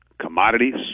commodities